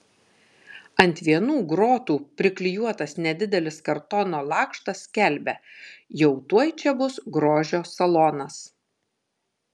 ant vienų grotų priklijuotas nedidelis kartono lakštas skelbia jau tuoj čia bus grožio salonas